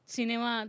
Cinema